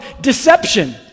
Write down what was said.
deception